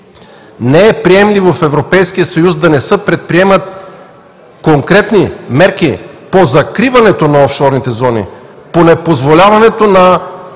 Не е приемливо в Европейския съюз да не се предприемат конкретни мерки по закриването на офшорните зони, по непозволяването на